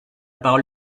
parole